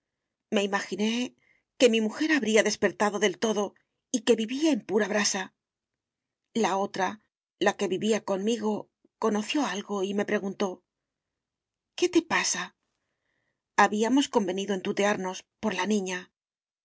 me imaginé que mi mujer habría despertado del todo y que vivía en pura brasa la otra la que vivía conmigo conoció algo y me preguntó qué te pasa habíamos convenido en tutearnos por la niña